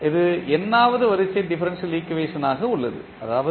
இது n வது வரிசை டிஃபரன்ஷியல் ஈக்குவேஷன்டாக உள்ளது அதாவது